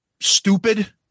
stupid